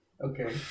Okay